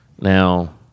Now